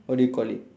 what do you call it